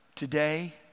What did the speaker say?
today